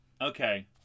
Okay